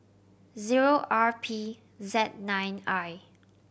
zero R P Z nine I